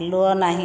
ଆଲୁଅ ନାହିଁ